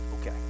okay